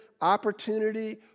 opportunity